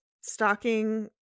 stalking